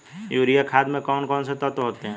Urea खाद में कौन कौन से तत्व होते हैं?